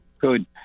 Good